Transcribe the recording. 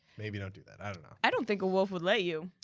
maybe don't do that, i don't know. i don't think a wolf would let you.